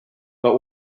but